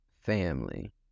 family